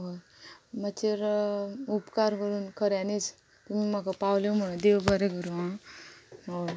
मागीर उपकार करून खऱ्यानीच तुमी म्हाका पावल्यो म्हणो देव बरें करूं आं हय